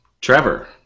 Trevor